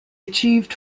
achieved